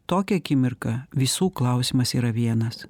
tokią akimirką visų klausimas yra vienas